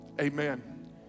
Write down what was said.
Amen